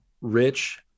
rich